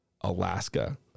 Alaska